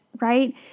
right